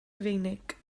rufeinig